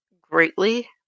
greatly